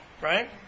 right